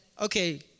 okay